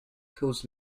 kills